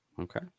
Okay